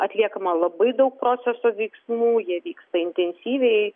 atliekama labai daug proceso veiksmų jie vyksta intensyviai